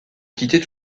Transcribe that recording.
quitter